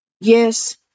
Yes